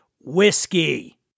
whiskey